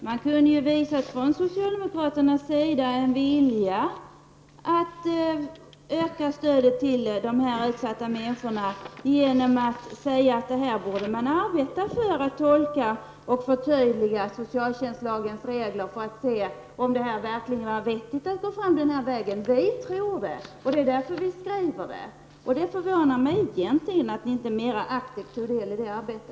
Herr talman! Socialdemokraterna skulle ju kunna visa en vilja att öka stödet till dessa utsatta människor genom att säga att socialtjänstlagens regler borde tolkas och förtydligas. Då får ni se om det är vettigt att gå fram denna väg. Vi tror nämligen det, och det är därför vi skriver det. Det förvånar mig att socialdemokraterna inte mer aktivt tar del i detta arbete.